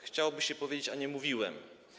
Chciałoby się powiedzieć: A nie mówiłem?